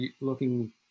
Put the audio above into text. looking